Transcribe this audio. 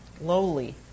lowly